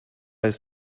ist